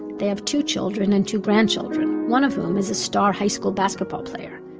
they have two children, and two grandchildren, one of whom is a star high school basketball player.